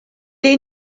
est